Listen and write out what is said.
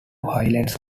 highlands